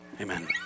amen